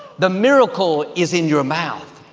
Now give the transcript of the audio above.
the miracle is in your mouth.